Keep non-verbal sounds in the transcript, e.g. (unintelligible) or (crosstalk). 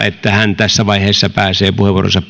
(unintelligible) että hän tässä vaiheessa pääsee puheenvuoronsa